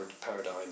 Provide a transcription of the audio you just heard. paradigm